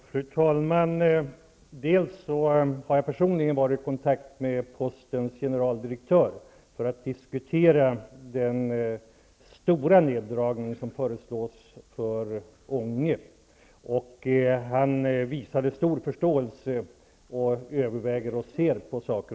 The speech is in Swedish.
Fru talman! Jag har personligen varit i kontakt med postens generaldirektör för att diskutera den stora neddragning som föreslås för Ånge. Han visade stor förståelse och överväger självfallet saken.